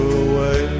away